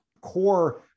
core